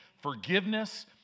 Forgiveness